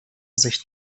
zejść